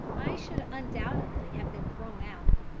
i should undoubtedly have been thrown out.